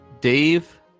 Dave